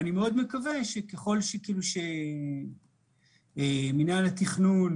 אני מאוד מקווה שככל שמינהל התכנון,